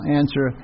answer